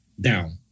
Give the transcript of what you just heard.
down